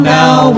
now